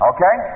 Okay